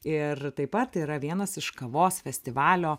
ir taip pat yra vienas iš kavos festivalio